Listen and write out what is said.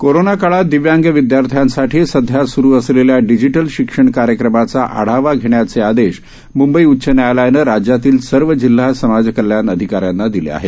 corona काळात दिव्यांग विदयार्थ्यासाठी सध्या सुरू असलेल्या डिजिटल शिक्षण कार्यक्रमाचा आढावा घेण्याचे आदेश मुंबई उच्च न्यायालयनं राज्यातील सर्व जिल्हा समाज कल्याण अधिकाऱ्यांना दिले आहेत